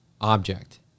object